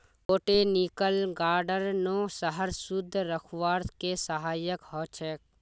botanical गार्डनो शहरक शुद्ध रखवार के सहायक ह छेक